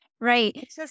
right